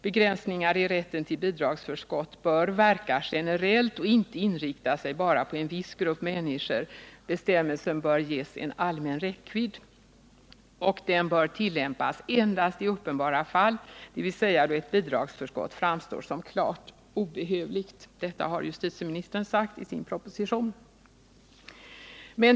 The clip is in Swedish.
Begränsningar i rätten till bidragsförskott bör verka generellt och inte inrikta sig på bara en viss grupp människor. Bestämmelsen bör ges en allmän räckvidd, och den bör tillämpas endast i uppenbara fall, dvs. då ett bidragsförskott framstår som klart obehövligt. Detta har justitieministern sagt i sin proposition.